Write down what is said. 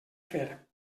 fer